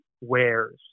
wares